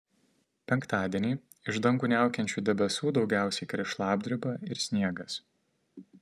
penktadienį iš dangų niaukiančių debesų daugiausiai kris šlapdriba ir sniegas